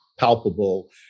palpable